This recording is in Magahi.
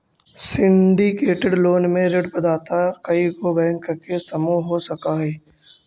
सिंडीकेटेड लोन में ऋण प्रदाता कइएगो बैंक के समूह हो सकऽ हई